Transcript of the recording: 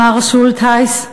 אמר שולטהייס,